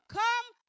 come